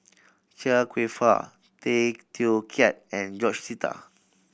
Chia Kwek Fah Tay Teow Kiat and George Sita